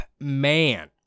man